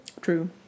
True